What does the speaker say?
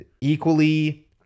equally